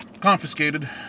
confiscated